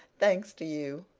thanks to you.